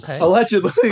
allegedly